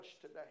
today